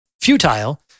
Futile